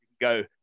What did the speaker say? Go